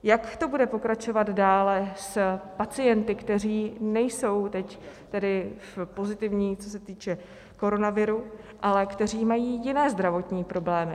Jak to bude pokračovat dále s pacienty, kteří nejsou teď tedy pozitivní, co se týče koronaviru, ale kteří mají jiné zdravotní problémy.